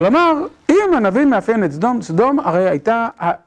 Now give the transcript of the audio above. כלומר, אם הנביא מאפיין את סדום, סדום הרי הייתה...